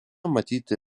matyti